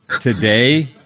today